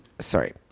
Sorry